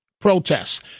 protests